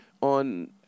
on